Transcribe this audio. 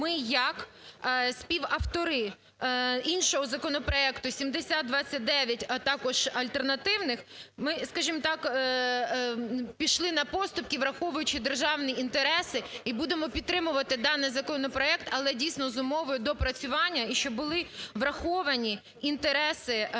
ми як співавтори іншого законопроекту 7029, а також альтернативних ми, скажімо так, пішли на поступки, враховуючи державні інтереси і будемо підтримувати даний законопроект, але, дійсно, з умовою доопрацювання і щоб були враховані інтереси всіх